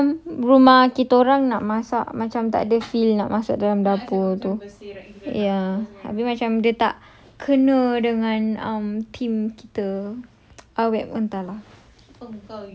habis kalau macam rumah kita orang nak masak macam tak ada feel nak masuk dalam dapur tu ya habis macam dia tak kena dengan um team kita ah wait entah lah